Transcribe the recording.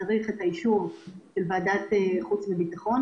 ואישור של ועדת החוץ והביטחון,